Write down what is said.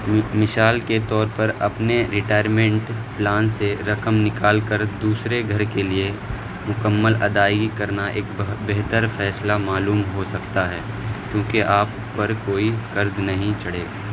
مثال کے طور پر اپنے ریٹائرمنٹ پلان سے رقم نکال کر دوسرے گھر کے لیے مکمل ادائیگی کرنا ایک بہت بہتر فیصلہ معلوم ہو سکتا ہے کیونکہ آپ پر کوئی قرض نہیں چڑھے